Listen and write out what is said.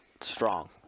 Strong